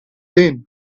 din